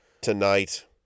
tonight